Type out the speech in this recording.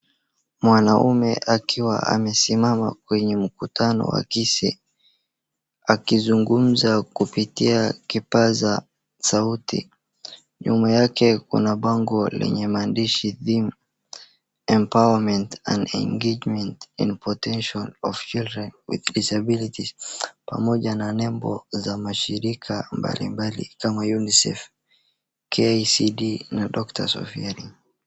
Mwanaume akiwa amesimama kwenye mkutano wagishe akizungumza kupitia kipaza sauti nyuma yake kuna bango lenye maandishi theme empowerment and engagement in potential of children with disabilities , pamoja na nembo za mashirika mbali mbali kama UNICEF, KICD na doctors of Nyeri .